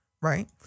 right